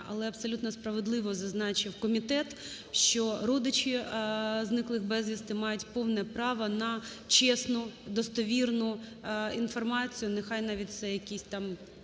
Але абсолютно справедливо зазначив комітет, що родичі зниклих безвісти мають повне право на чесну, достовірну інформацію, нехай навіть це якісь там